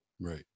Right